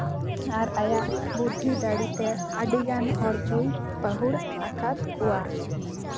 ᱟᱨ ᱟᱭᱟᱜ ᱵᱩᱫᱽᱫᱷᱤ ᱫᱟᱲᱮᱛᱮ ᱟᱹᱰᱤᱜᱟᱱ ᱦᱚᱲ ᱠᱚᱭ ᱯᱟᱹᱦᱩᱲ ᱟᱠᱟᱫ ᱠᱚᱣᱟ